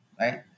right